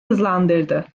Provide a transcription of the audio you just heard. hızlandırdı